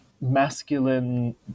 masculine